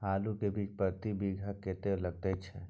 आलू के बीज प्रति बीघा कतेक लागय छै?